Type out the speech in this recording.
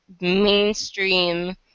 mainstream